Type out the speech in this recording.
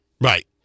Right